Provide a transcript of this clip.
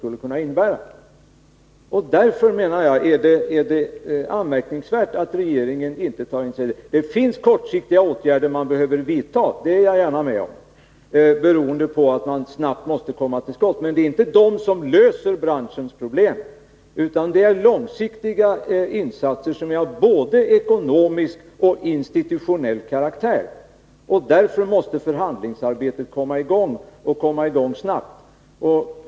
Därför anser jag det anmärkningsvärt att regeringen inte tar ett sådant initiativ. Det finns dessutom kortsiktiga åtgärder som behöver vidtas — det håller jag gärna med om — beroende på att man snabbt måste komma till skott. Men det är inte de som löser branschens problem, utan det gör långsiktiga insatser, av både ekonomisk och institutionell karaktär. Därför måste förhandlingsarbetet komma i gång, och det snabbt.